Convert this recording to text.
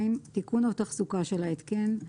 תיקון או תחזוקה של ההתקן,